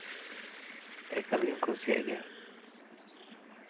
ᱮᱠᱟᱞ ᱜᱤᱧ ᱠᱩᱥᱤᱭᱟᱜ ᱜᱮᱭᱟ